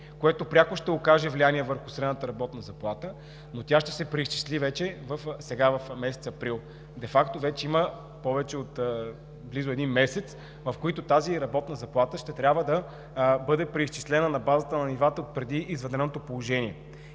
което пряко ще окаже влияние върху средната работна заплата, но тя ще се преизчисли през месец април. Де факто вече има повече от месец, в който тази работна заплата ще трябва да бъде преизчислена на базата на нивата отпреди извънредното положение.